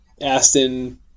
Aston